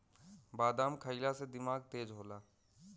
बादाम खइला से दिमाग तेज होला